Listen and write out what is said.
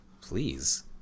Please